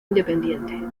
independiente